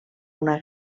una